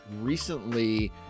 recently